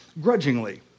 grudgingly